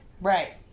Right